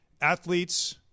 athletes